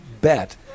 bet